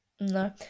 no